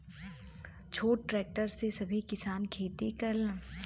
छोट ट्रेक्टर से भी किसान खेती करलन